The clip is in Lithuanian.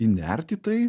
įnert į tai